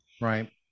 Right